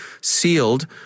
sealed